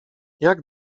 jak